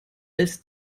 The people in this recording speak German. als